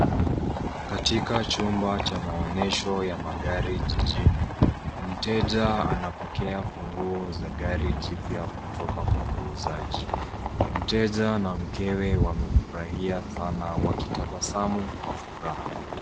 Katoka chumba cha maonyesho ya magari jijini, mteja anapokea funguo za gari jipya kutoka kwa muuzaji. Mteja na mkewe wanafurahia sana wakitabasamu kwa furaha.